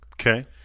Okay